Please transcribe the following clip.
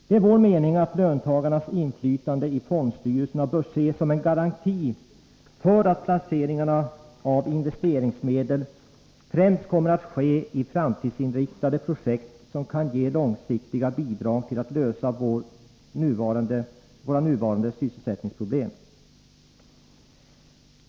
Det är vår mening att löntagarnas inflytande i fondstyrelserna bör ses som en garanti för att investeringsmedel främst kommer att placeras i framtidsinriktade projekt, som kan ge långsiktiga bidrag till att lösa våra nuvarande sysselsättningsproblem.